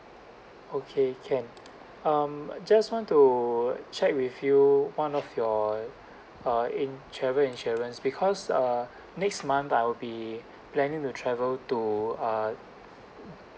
okay can um just want to check with you one of your uh in~ travel insurance because uh next month I'll be planning to travel to uh